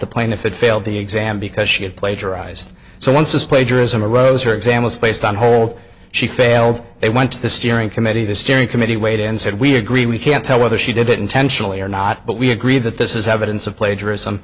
the plane if it failed the exam because she had plagiarized so once is plagiarism a rose or exam was placed on hold she failed it went to the steering committee the steering committee weighed and said we agree we can't tell whether she did it intentionally or not but we agreed that this is evidence of plagiarism